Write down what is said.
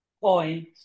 point